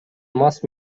мас